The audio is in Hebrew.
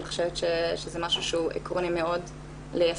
חושבת שזה משהו שהוא עקרוני מאוד ליישם.